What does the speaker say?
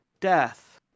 Death